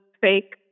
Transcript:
fake